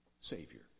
Savior